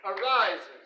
arises